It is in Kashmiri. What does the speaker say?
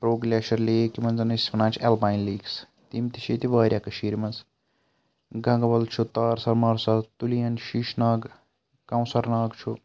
پرو گلیشیٚر لیک یِمَن زَن أسۍ وَنان چھِ ایٚلپاین لیکٕس تِم تہِ چھِ ییٚتہِ واریاہ کٔشیٖر مَنٛز گَنٛگبَل چھُ تار سَر مار سر تُلین شیٖشناگ کونٛسَر ناگ چھُ